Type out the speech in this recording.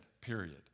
period